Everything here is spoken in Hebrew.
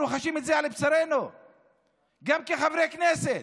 אנחנו חשים את זה על בשרנו גם כחברי כנסת